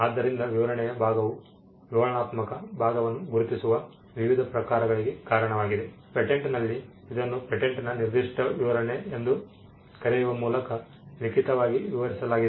ಆದ್ದರಿಂದ ವಿವರಣೆಯ ಭಾಗವು ವಿವರಣಾತ್ಮಕ ಭಾಗವನ್ನು ಗುರುತಿಸುವ ವಿವಿಧ ಪ್ರಕಾರಗಳಿಗೆ ಕಾರಣವಾಗಿದೆ ಪೇಟೆಂಟ್ನಲ್ಲಿ ಇದನ್ನು ಪೇಟೆಂಟ್'ನ್ ನಿರ್ದಿಷ್ಟ ವಿವರಣೆ ಎಂದು ಕರೆಯುವ ಮೂಲಕ ಲಿಖಿತವಾಗಿ ವಿವರಿಸಲಾಗಿದೆ